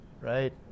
right